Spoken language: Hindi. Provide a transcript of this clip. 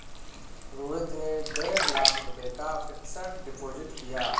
रोहित ने डेढ़ लाख रुपए का फ़िक्स्ड डिपॉज़िट किया